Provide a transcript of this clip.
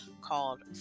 called